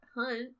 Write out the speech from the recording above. hunt